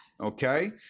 okay